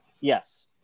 yes